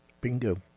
Bingo